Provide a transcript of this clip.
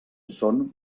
són